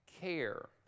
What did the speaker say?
care